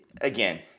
again